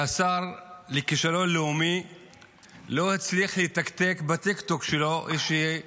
והשר לכישלון לאומי לא הצליח לטקטק בטיקטוק שלו איזו הצהרה,